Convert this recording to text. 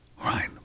right